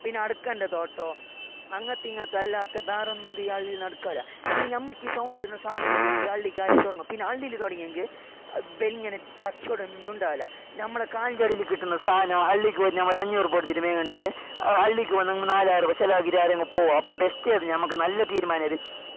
പിന്നെ അടക്കേന്റെ തോട്ടോ അങ്ങനെത്തിങ്ങനത്തെയല്ലാത്തെ ബേറെന്താ ഈ അള്ളിയിൽ നടക്കില്ല പിന്നെ ഞമ്മക്കീ ടൗണിൽ കിട്ടുന്ന സാധനമൊക്കെയുണ്ടള്ളിക്കാരന് തുടങ്ങും പിന്നെ അള്ളിയിൽ തുടങ്ങിയെങ്കില് ബിങ്ങനെ കച്ചവടമൊന്നും ഉണ്ടാകില്ല ഞമ്മളെ കാലിന്റെ അടിയിൽ കിട്ടുന്ന സാധനം അള്ളിക്ക് പോയിട്ട് ഞമ്മയൊരു അഞ്ഞൂറ് പോയിട്ട് തിരുമ്മേ കണ്ടത് അള്ളിക്ക് വന്ന് നാലായിരം രൂപ അങ്ങ് പോകും അപ്പോൾ ബെസ്റ്റ് യേത് ഞമ്മക്ക് നല്ല തീരുമാനം ഏതു